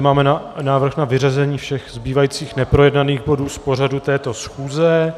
Máme zde návrh na vyřazení všech zbývajících neprojednaných bodů z pořadu této schůze.